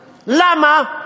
למה?